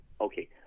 Okay